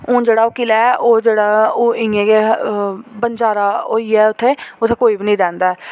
हून जेह्ड़ा ओह् किला ऐ ओह् जेह्ड़ा ओह् इ'यां गै बंजर होई गेआ उत्थै उत्थै कोई बी नी रौंह्दा ऐ